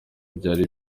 byari